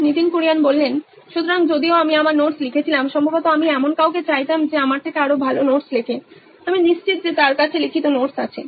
Nitin Kurian C O O নোইন electronics সুতরাং যদিও আমি আমার নোটস লিখেছিলাম সম্ভবত আমি এমন কাউকে চাইতাম যে আমার থেকে আরো ভালো নোটস লেখে আমি নিশ্চিত যে তার কাছে লিখিত নোটস আছে